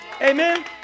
Amen